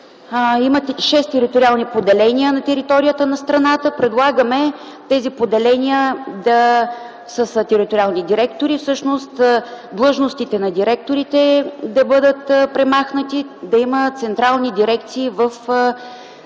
шест териториални поделения на територията на страната. Предлагаме тези поделения да са с териториални директори. Всъщност длъжностите на директорите да бъдат премахнати, да има централни дирекции в седалището